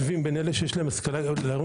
למי שיש להורים